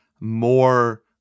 more